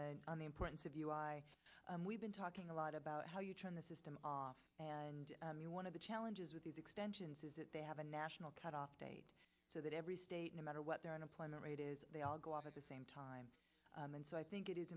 the on the importance of you i we've been talking a lot about how you turn the system off and one of the challenges with these extensions is that they have a national cutoff date so that every state no matter what their unemployment rate is they all go off at the same time and so i think it is